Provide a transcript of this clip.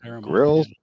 grill